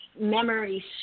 memory